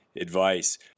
Advice